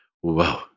Whoa